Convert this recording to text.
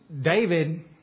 David